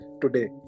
today